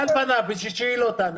בשביל שהיא לא תענה,